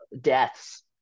deaths